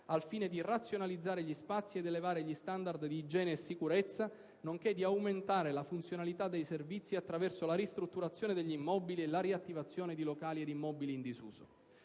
al fine di razionalizzare gli spazi ed elevare gli standard di igiene e sicurezza, nonché di aumentare la funzionalità dei servizi attraverso la ristrutturazione degli immobili e la riattivazione di locali ed immobili in disuso.